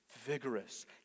vigorous